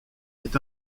est